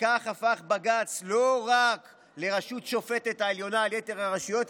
וכך הפך בג"ץ לא רק לרשות השופטת העליונה על יתר הרשויות,